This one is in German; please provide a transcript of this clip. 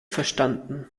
verstanden